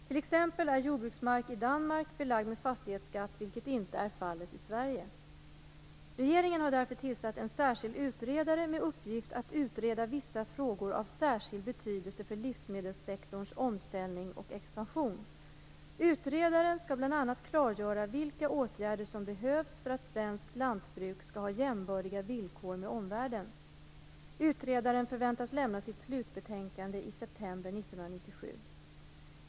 T.ex. är jordbruksmark i Danmark belagd med fastighetsskatt, vilket inte är fallet i Sverige. Regeringen har därför tillsatt en särskild utredare med uppgift att utreda vissa frågor av särskild betydelse för livsmedelssektorns omställning och expansion. Utredaren skall bl.a. klargöra vilka åtgärder som behövs för att svenskt lantbruk skall ha jämbördiga villkor med omvärldens. Utredaren förväntas lämna sitt slutbetänkande i september 1997.